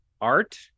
art